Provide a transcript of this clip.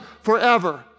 forever